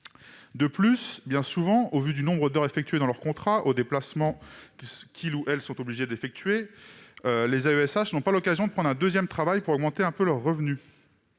De plus, bien souvent, au vu du nombre d'heures effectuées et des déplacements qu'ils sont obligés de réaliser, les AESH n'ont pas l'occasion de prendre un deuxième travail pour augmenter un peu leurs revenus.